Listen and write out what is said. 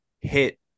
hit